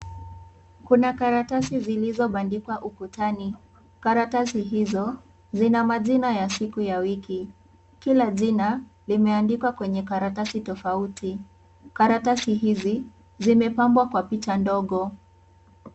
Kuna kaatasi zilizobadikwa ukutani. Karatasi hizo zina majina ya siku za wiki. Kila jina limeandikwa kwenye karatasi tofauti. Karatasi hizi zimepambwa kwa picha ndogo.